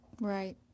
Right